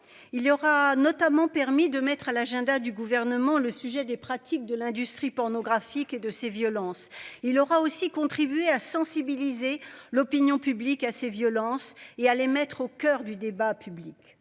y aura notamment permis de mettre à l'agenda du gouvernement. Le sujet des pratiques de l'industrie pornographique et de ces violences. Il aura aussi contribué à sensibiliser l'opinion publique à ces violences et à les mettre au coeur du débat public.